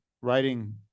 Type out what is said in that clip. writing